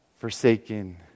forsaken